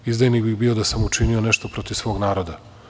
Izdajnik bih bio da sam učinio nešto protiv svog naroda.